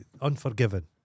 Unforgiven